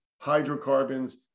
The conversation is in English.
hydrocarbons